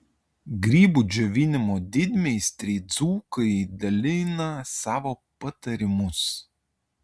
grybų džiovinimo didmeistriai dzūkai dalina savo patarimus